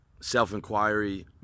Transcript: self-inquiry